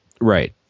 right